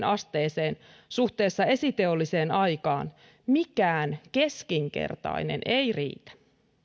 asteeseen suhteessa esiteolliseen aikaan mikään keskinkertainen ei riitä suomen itsenäisyyden juhlarahasto sitran mukaan